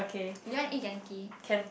you want to eat Genki